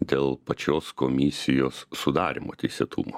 dėl pačios komisijos sudarymo teisėtumo